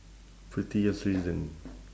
pettiest reason